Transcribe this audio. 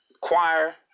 choir